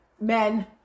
men